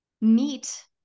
meet